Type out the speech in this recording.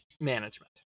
management